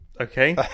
Okay